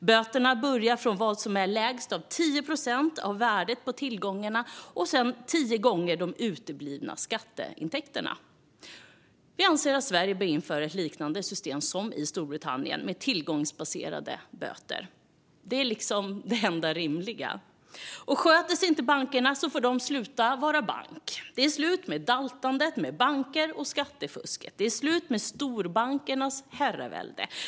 Böterna börjar från vad som är lägst av 10 procent av värdet på tillgångarna och 10 gånger de uteblivna skatteintäkterna. Vi anser att Sverige bör införa ett liknande system som i Storbritannien med tillgångsbaserade böter. Det är liksom det enda rimliga. Sköter sig inte bankerna får de sluta vara banker. Det är slut med daltandet med banker och skattefusket. Det är slut med storbankernas herravälde.